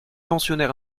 pensionnaire